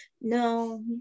No